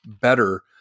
better